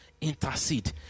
Intercede